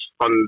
on